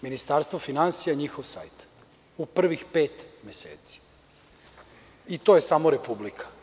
Ministarstvo finansija, njihov sajt, u prvih pet meseci i to je samo Republika.